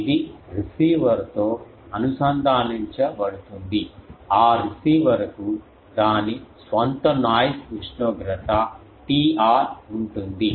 ఇది రిసీవర్తో అనుసంధానించబడుతుంది ఆ రిసీవర్కు దాని స్వంత నాయిస్ ఉష్ణోగ్రత Tr ఉంటుంది